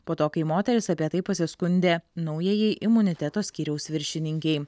po to kai moteris apie tai pasiskundė naujajai imuniteto skyriaus viršininkei